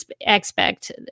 expect